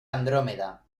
andrómeda